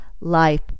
life